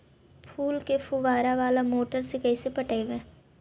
फूल के फुवारा बाला मोटर से कैसे पटइबै?